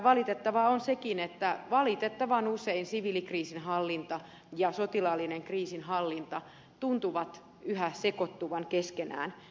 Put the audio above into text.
valitettavaa on sekin että valitettavan usein siviilikriisinhallinta ja sotilaallinen kriisinhallinta tuntuvat yhä sekoittuvan keskenään